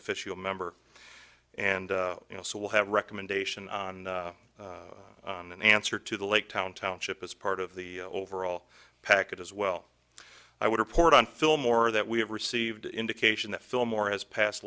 official member and you know so we'll have a recommendation on an answer to the lake town township as part of the overall package as well i would report on fillmore that we have received indication that fillmore has passed